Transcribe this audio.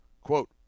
quote